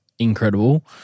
Incredible